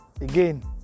again